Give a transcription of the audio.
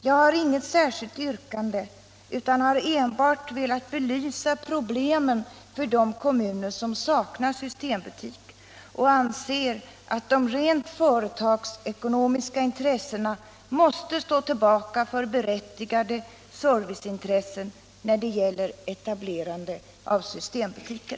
Jag har inget särskilt yrkande utan har enbart velat belysa problemen för de kommuner som saknar systembutik, och jag anser att de rent företagsekonomiska intressena måste stå tillbaka för berättigade serviceintressen när det gäller etablerande av systembutiker.